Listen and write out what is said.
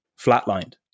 flatlined